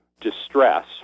distress